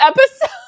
episode